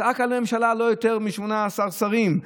הוא צעק על הממשלה: לא יותר מ-18 שרים,